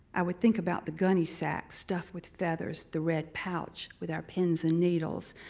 i would think about the gunny sack stuffed with feathers, the red pouch with our pins and needles,